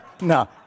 No